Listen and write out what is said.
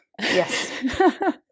yes